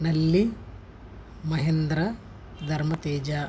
నల్లి మహేంద్ర ధర్మ తేజ